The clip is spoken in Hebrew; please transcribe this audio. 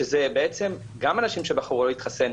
שזה בעצם גם אנשים שבחרו לא להתחסן,